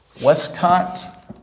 Westcott